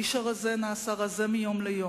האיש הרזה נעשה רזה מיום ליום,